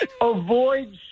Avoid